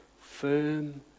firm